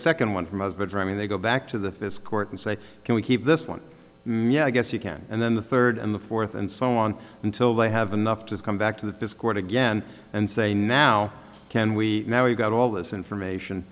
second one from us but for i mean they go back to the this court and say can we keep this one i guess you can and then the third and the fourth and so on until they have enough to come back to that this court again and say now can we now we've got all this information